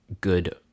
good